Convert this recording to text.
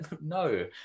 no